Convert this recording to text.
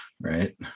Right